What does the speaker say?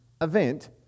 event